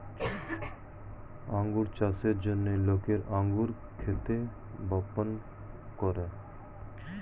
আঙ্গুর চাষের জন্য লোকেরা আঙ্গুর ক্ষেত বপন করে